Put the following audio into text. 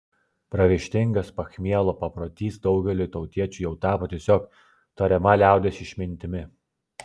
pragaištingas pachmielo paprotys daugeliui tautiečių jau tapo tiesiog tariama liaudies išmintimi